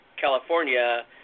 California